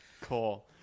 Cool